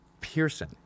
Pearson